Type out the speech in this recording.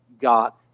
got